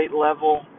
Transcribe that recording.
level